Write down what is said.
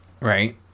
right